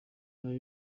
nyuma